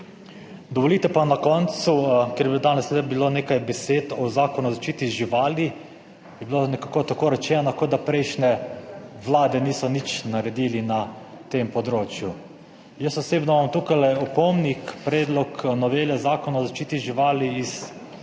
Dovolite pa na koncu, ker je danes le bilo nekaj besed o Zakonu o zaščiti živali, je bilo nekako tako rečeno, kot da prejšnje vlade niso nič naredili na tem področju. Jaz osebno imam tukaj opomnik, Predlog novele Zakona o zaščiti živali iz